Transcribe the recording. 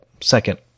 second